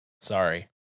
sorry